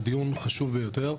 הדיון חשוב ביותר.